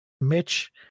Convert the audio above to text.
Mitch